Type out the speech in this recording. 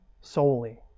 solely